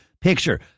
picture